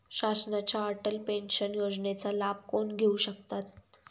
शासनाच्या अटल पेन्शन योजनेचा लाभ कोण घेऊ शकतात?